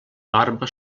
barba